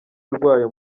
rwayo